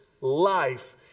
life